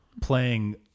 playing